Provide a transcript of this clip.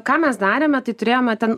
ką mes darėme tai turėjome ten